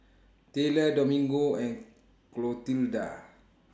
Tayler Domingo and Clotilda